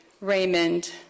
Raymond